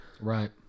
Right